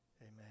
amen